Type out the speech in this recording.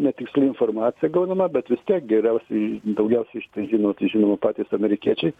netiksli informacija gaunama bet vis tiek geriausiai daugiausiai šitą žino tai žinoma patys amerikiečiai